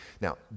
Now